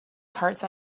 parts